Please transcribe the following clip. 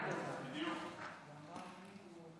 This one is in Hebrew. לא לדאוג.